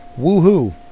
woohoo